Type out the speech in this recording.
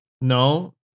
no